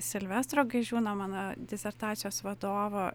silvestro gaižiūno mano disertacijos vadovo